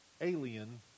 alien